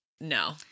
No